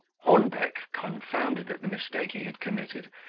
hornbeck, confounded at the mistake he had committed,